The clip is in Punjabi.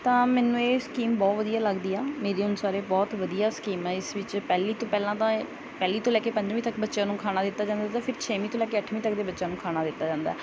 ਤਾਂ ਮੈਨੂੰ ਇਹ ਸਕੀਮ ਬਹੁਤ ਵਧੀਆ ਲੱਗਦੀ ਆ ਮੇਰੇ ਅਨੁਸਾਰ ਇਹ ਬਹੁਤ ਵਧੀਆ ਸਕੀਮ ਆ ਇਸ ਵਿੱਚ ਪਹਿਲੀ ਤੋਂ ਪਹਿਲਾਂ ਤਾਂ ਪਹਿਲੀ ਤੋਂ ਲੈ ਕੇ ਪੰਜਵੀਂ ਤੱਕ ਬੱਚਿਆਂ ਨੂੰ ਖਾਣਾ ਦਿੱਤਾ ਜਾਂਦਾ ਤਾਂ ਫਿਰ ਛੇਵੀਂ ਤੋਂ ਲੈ ਕੇ ਅੱਠਵੀਂ ਤੱਕ ਦੇ ਬੱਚਿਆਂ ਨੂੰ ਖਾਣਾ ਦਿੱਤਾ ਜਾਂਦਾ